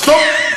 סטופ.